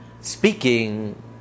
Speaking